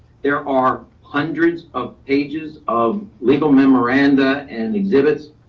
there are hundreds of pages of legal memoranda and exhibits,